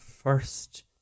First